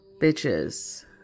Bitches